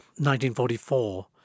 1944